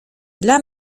dla